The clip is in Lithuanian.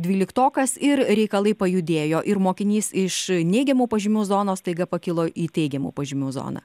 dvyliktokas ir reikalai pajudėjo ir mokinys iš neigiamų pažymių zonos staiga pakilo į teigiamų pažymių zoną